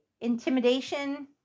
intimidation